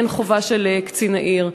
אין חובה של קצין העיר.